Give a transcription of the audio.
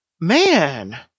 Man